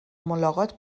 ملاقات